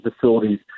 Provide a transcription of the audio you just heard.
facilities